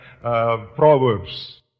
proverbs